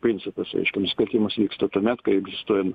principas reiškia nusikaltimas vyksta tuomet kai egzistuojam